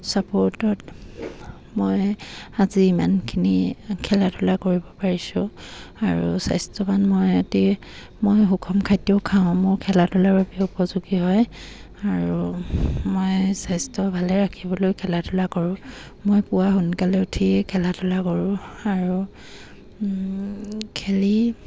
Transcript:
ছাপৰ্টত মই আজি ইমানখিনি খেলা ধূলা কৰিব পাৰিছোঁ আৰু স্বাস্থ্যৱান মই অতি মই সুষম খাদ্যও খাওঁ মোৰ খেলা ধূলাৰ বাবে উপযোগী হয় আৰু মই স্বাস্থ্য ভালে ৰাখিবলৈ খেলা ধূলা কৰোঁ মই পুৱা সোনকালে উঠিয়েই খেলা ধূলা কৰোঁ আৰু খেলি